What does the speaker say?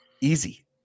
easy